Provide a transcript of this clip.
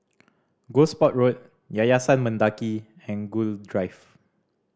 Gosport Road Yayasan Mendaki and Gul Drive